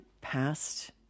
past